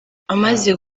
amaze